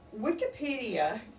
Wikipedia